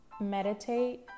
Meditate